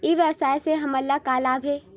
ई व्यवसाय से हमन ला का लाभ हे?